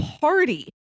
party